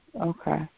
Okay